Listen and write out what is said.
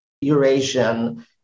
Eurasian